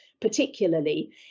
particularly